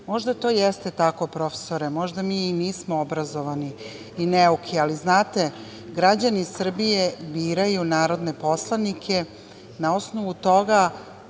Možda to i jeste tako, profesore, možda mi i nismo obrazovani i neuki, ali znate, građani Srbije biraju narodne poslanike na osnovu toga